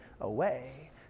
away